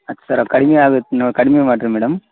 ಹತ್ತು ಸಾವಿರ ಕಡಿಮೆ ಆಗುತ್ತಾ ನೊ ಕಡಿಮೆ ಮಾಡಿರಿ ಮೇಡಮ್